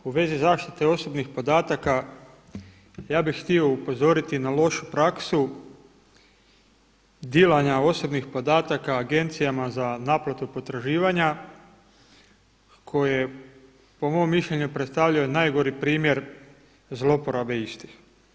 U vezi zaštite osobnih podataka ja bih htio upozoriti na lošu praksu dilanja osobnih podataka agencijama za naplatu potraživanja koje po mom mišljenju predstavljaju najgori primjer zlouporabe istih.